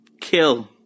kill